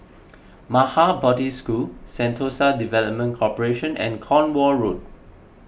Maha Bodhi School Sentosa Development Corporation and Cornwall Road